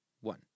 one